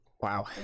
Wow